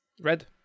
Red